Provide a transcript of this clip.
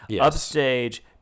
Upstage